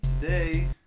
Today